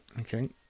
Okay